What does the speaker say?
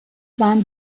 waren